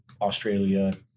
Australia